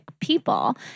people